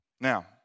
now